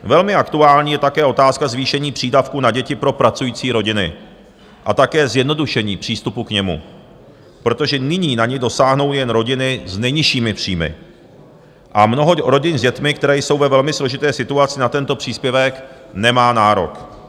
Velmi aktuální je také otázka zvýšení přídavku na děti pro pracující rodiny a také zjednodušení přístupu k němu, protože nyní na ni dosáhnou jen rodiny s nejnižšími příjmy a mnoho rodin s dětmi, které jsou ve velmi složité situaci, na tento příspěvek nemá nárok.